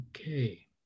Okay